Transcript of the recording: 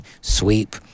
sweep